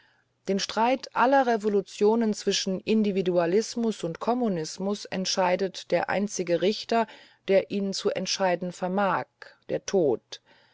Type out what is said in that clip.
den streit aller revolutionen zwischen individualismus und kommunismus entscheidet der einzige richter der ihn zu entscheiden vermag der tod